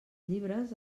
llibres